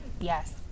Yes